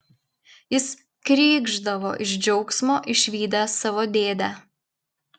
jis krykšdavo iš džiaugsmo išvydęs savo dėdę